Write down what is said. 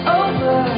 over